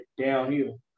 downhill